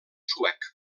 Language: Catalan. suec